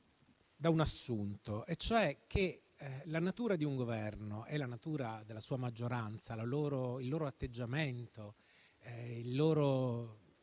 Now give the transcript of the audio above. da un assunto: la natura di un Governo e la natura della sua maggioranza, il loro atteggiamento, il loro